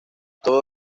todo